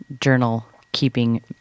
journal-keeping